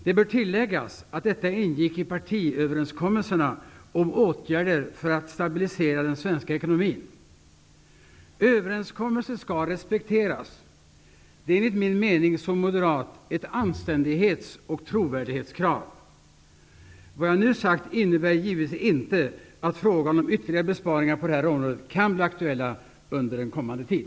Det bör tilläggas att detta ingick i partiöverenskommelserna om åtgärder för att stabilisera den svenska ekonomin. Överenskommelser skall respekteras. Enligt min mening som moderat är detta ett anständighets och trovärdighetskrav. Vad jag nu har sagt innebär givetvis inte att frågor om ytterligare besparing på detta område kan bli aktuella under kommande tid.